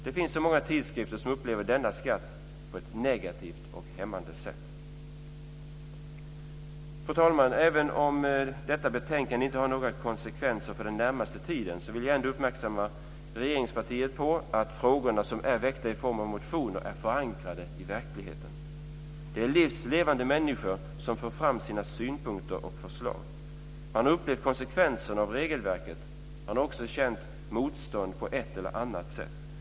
Det finns så många tidskrifter som upplever denna skatt på ett negativt och hämmande sätt. Fru talman! Även om detta betänkande inte har några konsekvenser för den närmaste tiden, vill jag ändå uppmärksamma regeringspartiet på att de frågor som är väckta i form av motioner är förankrade i verkligheten. Det är livs levande människor som för fram sina synpunkter och förslag. Man har upplevt konsekvenserna av regelverket. Man har också känt motstånd på ett eller annat sätt.